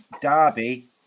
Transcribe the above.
Derby